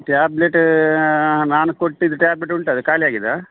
tablet ನಾನು ಕೊಟ್ಟಿದ್ದು tablet ಉಂಟಲ್ಲ ಖಾಲಿ ಆಗಿದಾ